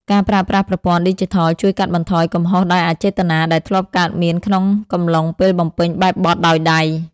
ការប្រើប្រាស់ប្រព័ន្ធឌីជីថលជួយកាត់បន្ថយកំហុសដោយអចេតនា ដែលធ្លាប់កើតមានក្នុងកំឡុងពេលបំពេញបែបបទដោយដៃ។